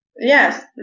Yes